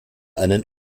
einen